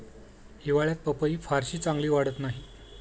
हिवाळ्यात पपई फारशी चांगली वाढत नाही